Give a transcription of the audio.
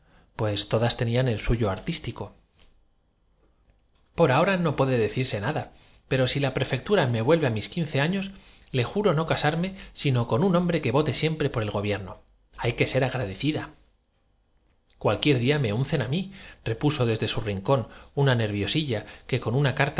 pues todas tenían el suyo artístico borrillas de toda especie que sin duda caen del techo por ahora no puede decirse nada pero si la pre es verdad lo mismo he notado yodijo sabina fectura me vuelve á mis quince años le juro no ca no te muevas aguarda sarme sino con un hombre que vote siempre por el i qué es gobierno hay que ser agradecida una mariposa que tienes en el lazo del sombrero cualquier día me uncen á mirepuso desde su una polilla rincón una nerviosilla que con una